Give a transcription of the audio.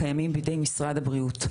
שקיימים בידי משרד הבריאות,